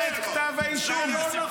קרא את כתב האישום.